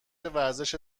ورزش